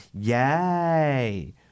Yay